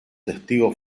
testigo